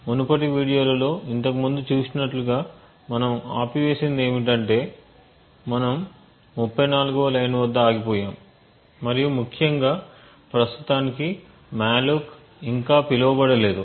మునుపటి వీడియోలలో ఇంతకుముందు చూసినట్లుగా మనం ఆపివేసినది ఏమిటంటే మనము 34 వ లైన్ వద్ద ఆగిపోయాము మరియు ముఖ్యంగా ప్రస్తుతానికి మాలోక్ ఇంకా పిలువబడలేదు